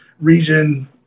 region